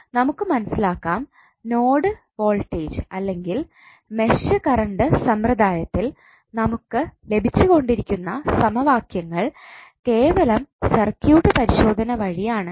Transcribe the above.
നമുക്ക് മനസ്സിലാക്കാം node voltage അല്ലെങ്കിൽ മെഷ് കറണ്ട് സമ്പ്രദായത്തിൽ നമുക്ക് ലഭിച്ചുകൊണ്ടിരുന്ന സമവാക്യങ്ങൾ കേവലം സർക്യൂട്ട് പരിശോധന വഴി ആണ് എന്ന്